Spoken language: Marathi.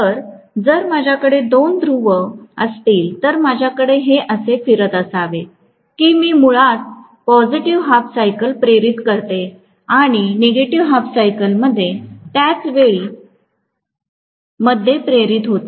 तर जर माझ्याकडे दोन ध्रुव असतील तर माझ्याकडे हे असे फिरत असावे की मी मुळात पॉसिटीव्ह हाल्फ सायकल प्रेरित करतो आणि नेगेटिव्ह हाल्फ सायकल मध्ये त्याच वेळी मध्ये प्रेरित होते